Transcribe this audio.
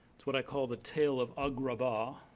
is what i call the tale of agrabah.